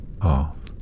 off